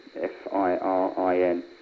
F-I-R-I-N